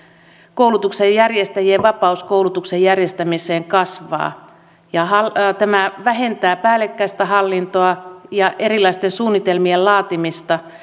koulutuksen järjestäjien vapaus koulutuksen järjestämiseen kasvaa ja tämä vähentää päällekkäistä hallintoa ja erilaisten suunnitelmien laatimista